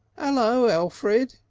ello, elfrid!